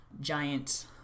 giant